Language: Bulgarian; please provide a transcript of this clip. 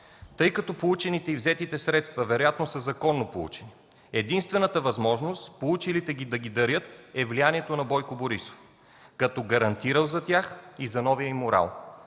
Тъй като получените и взетите средства вероятно са законно получени, единствената възможност получилите ги да ги дарят е влиянието на Бойко Борисов, като гарантирал за тях и за новия им морал.